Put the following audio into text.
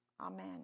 Amen